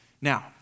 Now